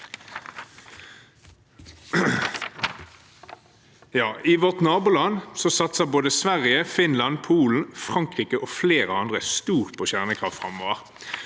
I våre naboland satser både Sverige, Finland, Polen, Frankrike og flere andre stort på kjernekraft framover.